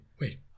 wait